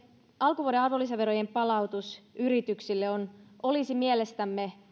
alkuvuoden arvonlisäverojen palautus yrityksille olisi mielestämme